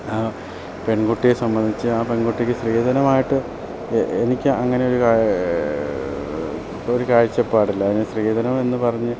ആ പെൺകുട്ടിയെ സംബന്ധിച്ച് ആ പെൺകുട്ടിക്ക് സ്ത്രീധനമായിട്ട് എനിക്ക് അങ്ങനെ ഒരു കാഴ്ച്ച ഒരു കാഴ്ചപ്പാടില്ല അതിന് സ്ത്രീധനം എന്ന് പറഞ്ഞ്